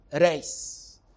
race